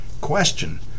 Question